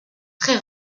très